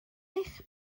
eich